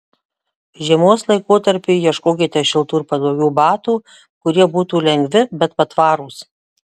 žiemos laikotarpiui ieškokite šiltų ir patogių batų kurie būtų lengvi bet patvarūs